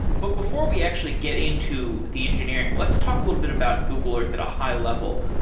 but before we actually get into the engineering, let's talk a little bit about google earth at a high-level.